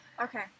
Okay